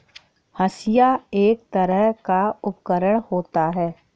हंसिआ एक तरह का उपकरण होता है